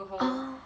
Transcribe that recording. oh